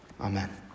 Amen